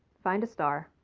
find a star,